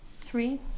Three